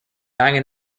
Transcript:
angen